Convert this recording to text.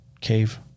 cave